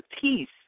peace